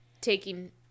taking